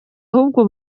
ahubwo